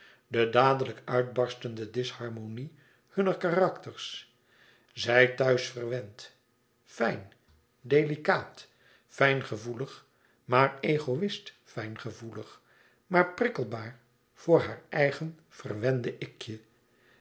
de dadelijk uitbarstende disharmonie hunner karakters zij thuis verwend fijn delicaat fijngevoelig maar egoist fijngevoelig maar prikkelbaar voor haar eigen verwende ik je